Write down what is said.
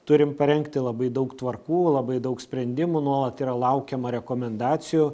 turim parengti labai daug tvarkų labai daug sprendimų nuolat yra laukiama rekomendacijų